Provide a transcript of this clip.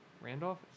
Randolph